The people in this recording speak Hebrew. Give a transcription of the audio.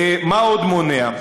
מה עוד מונע?